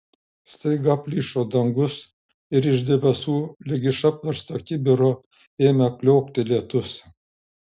staiga plyšo dangus ir iš debesų lyg iš apversto kibiro ėmė kliokti lietus